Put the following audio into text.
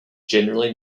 generally